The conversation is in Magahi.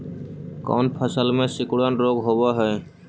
कोन फ़सल में सिकुड़न रोग होब है?